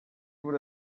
would